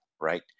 right